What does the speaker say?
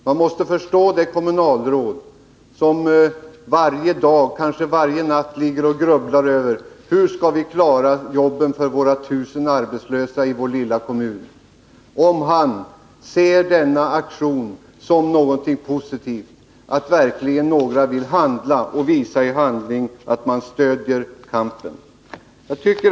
Man måste förstå om de kommunalråd som varje dag och kanske också varje natt grubblar över hur man skall klara jobben för 1 000 arbetslösa i denna lilla kommun ser det som positivt att några i handling vill visa att man stöder kampen för jobben.